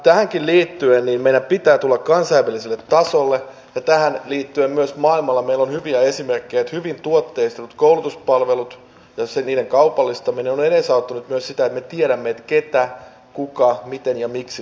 tähänkin liittyen meidän pitää tulla kansainväliselle tasolle ja tähän liittyen myös maailmalta meillä on hyviä esimerkkejä että hyvin tuotteistetut koulutuspalvelut ja niiden kaupallistaminen on edesauttanut myös sitä että me tiedämme ketä kuka miten ja miksi suomessa liikkuu